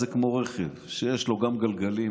זה כמו רכב שיש לו גם גלגלים,